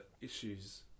issues